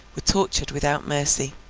were tortured without mercy.